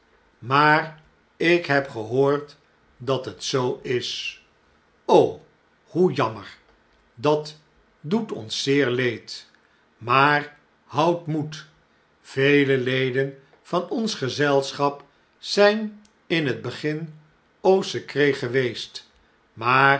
maar ik heb gehoord dat het zoo is hoe jammer dat doet ons zeer leed maar houdt moed vele leden van onsgezelschap zijn in het begin au secret geweest maar